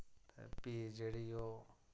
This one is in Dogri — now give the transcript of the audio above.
ते फ्ही जेह्ड़ी ओह्